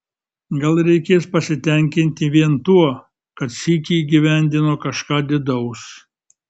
gal reikės pasitenkinti vien tuo kad sykį įgyvendino kažką didaus